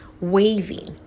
waving